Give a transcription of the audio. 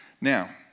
Now